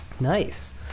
Nice